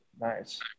Nice